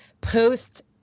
post